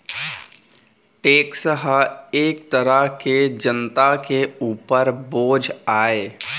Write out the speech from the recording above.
tax ह एक तरह ले जनता के उपर बोझ आय